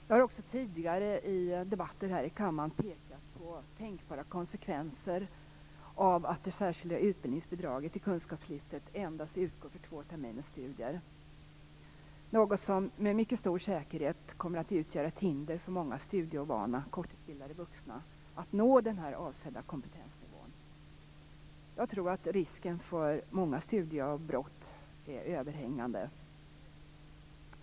Jag har också tidigare i debatter här i kammaren pekat på tänkbara konsekvenser av att det särskilda utbildningsbidraget i kunskapslyftet endast utgår för två terminers studier. Det är något som med mycket stor säkerhet kommer att utgöra ett hinder för många studieovana kortutbildade vuxna att nå den avsedda kompetensnivån. Jag tror att risken för att det blir många studieavbrott är överhängande.